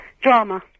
Drama